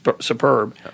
superb